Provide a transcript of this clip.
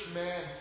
man